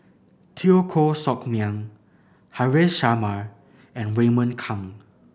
Teo Koh Sock Miang Haresh Sharma and Raymond Kang